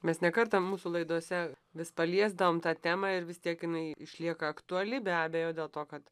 mes ne kartą mūsų laidose vis paliesdavom tą temą ir vis tiek jinai išlieka aktuali be abejo dėl to kad